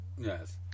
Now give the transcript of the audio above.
Yes